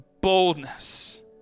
boldness